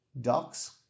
ducks